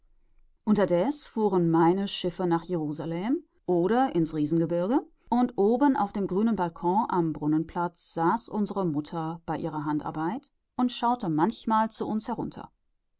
unterdes fuhren meine schiffe nach jerusalem oder ins riesengebirge und oben auf dem grünen balkon am brunnenplatz saß unsere mutter bei ihrer handarbeit und schaute manchmal zu uns herunter